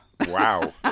Wow